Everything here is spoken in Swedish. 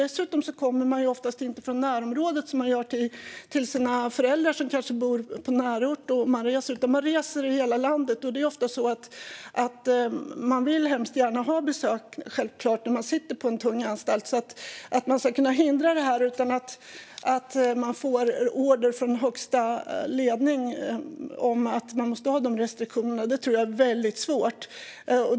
Dessutom kommer besökarna oftast inte från närområdet, vilket är fallet när människor besöker föräldrar som kanske bor i närort, utan de reser i stället över hela landet. Den som sitter på en tung anstalt vill självklart hemskt gärna ha besök. Att hindra det här utan att man får order från högsta ledning om att man måste ha dessa restriktioner tror jag är väldigt svårt.